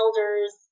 elders